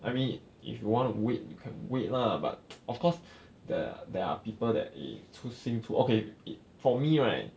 I mean if you want to wait you can wait lah but of course there are there are people eh for me right